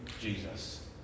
Jesus